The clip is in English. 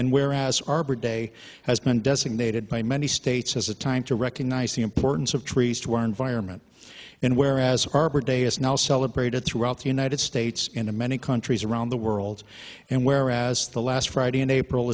and whereas arbor day has been designated by many states as a time to recognize the importance of trees to our environment and whereas arbor day is now celebrated throughout the united states in a many countries around the world and whereas the last friday in